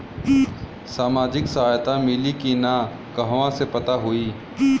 सामाजिक सहायता मिली कि ना कहवा से पता होयी?